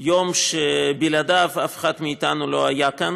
יום שבלעדיו אף אחד מאתנו לא היה כאן